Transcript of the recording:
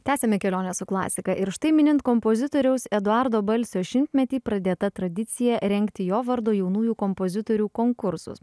tęsiame kelionę su klasika ir štai minint kompozitoriaus eduardo balsio šimtmetį pradėta tradicija rengti jo vardo jaunųjų kompozitorių konkursus